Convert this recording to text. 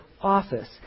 office